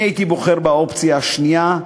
אני הייתי בוחר באופציה השנייה,